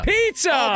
Pizza